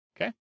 Okay